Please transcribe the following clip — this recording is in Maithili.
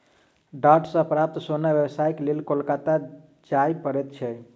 डांट सॅ प्राप्त सोन व्यवसायक लेल कोलकाता जाय पड़ैत छै